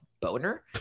Boner